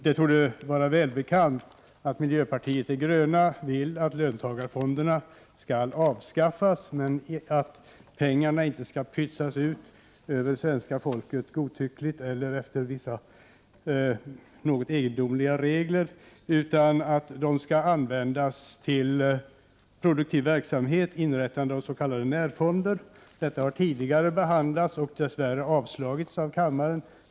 Det torde vara välbekant att miljöpartiet de gröna vill att löntagarfonderna skall avskaffas, men att pengarna inte skall pytsas ut godtyckligt över svenska folket eller efter vissa något egendomliga regler. De skall användas till produktiv verksamhet och inrättande av s.k. närfonder. Detta yrkande har tidigare behandlats och dess värre avslagits av kammaren.